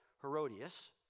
Herodias